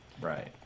Right